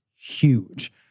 huge